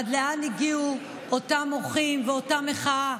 עד לאן הגיעו אותם מוחים ואותה מחאה,